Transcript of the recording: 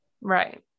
right